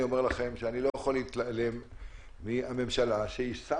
אני אומר לכם שאני לא יכול להתעלם מהממשלה ששמה,